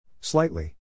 Slightly